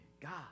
God